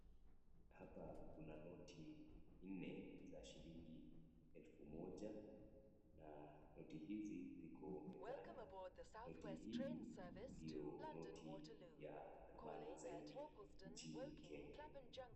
Hapa tuna noti nne za shilingi ya elfu Moja na noti hizi ziko kwa karatasi na noti hii ndio. Noti hii ni ya dhamana zaidi nchini Kenya.